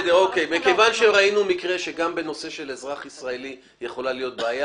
מכיוון שראינו מקרה שגם בנושא של אזרח ישראלי יכולה להיות בעיה